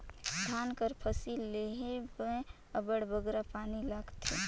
धान कर फसिल लेहे में अब्बड़ बगरा पानी लागथे